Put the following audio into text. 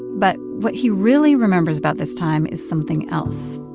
but what he really remembers about this time is something else,